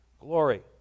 glory